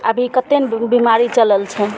अभी कतेक ने बिमाड़ी चलल छै